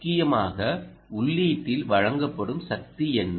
முக்கியமாக உள்ளீட்டில் வழங்கப்படும் சக்தி என்ன